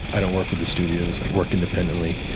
i don't work with the studios. i work independently.